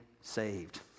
saved